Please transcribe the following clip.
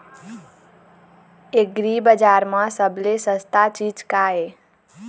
एग्रीबजार म सबले सस्ता चीज का ये?